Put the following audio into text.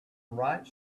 right